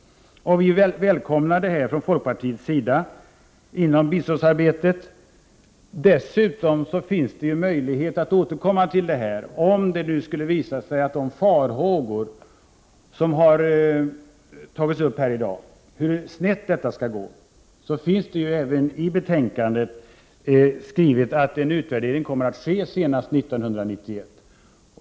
Vi från folkpartiets sida välkomnar detta samarbete inom biståndsarbetet. Dessutom finns det möjlighet att återkomma till detta, om det visar sig att farhågorna om hur snett det skall gå slår in. I betänkandet finns det skrivet att en utvärdering skall ske senast 1991.